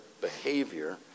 behavior